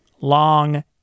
long